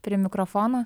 prie mikrofono